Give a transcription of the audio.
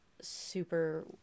super